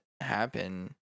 happen